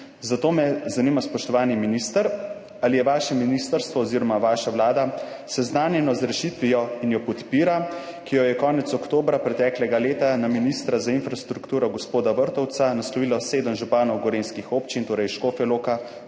Zato me zanima, spoštovani minister: Ali je vaše ministrstvo oziroma vaša vlada seznanjena z rešitvijo, ki jo je konec oktobra preteklega leta na ministra za infrastrukturo gospoda Vrtovca naslovilo sedem županov gorenjskih občin, torej Škofje Loke,